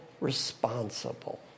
responsible